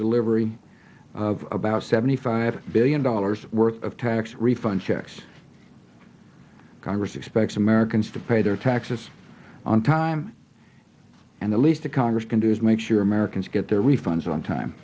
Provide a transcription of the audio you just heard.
delivery of about seventy five billion dollars worth of tax refund checks congress expects americans to pay their taxes on time and the least a congress can do is make sure americans get their refunds on time